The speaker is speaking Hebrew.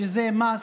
שזה מס,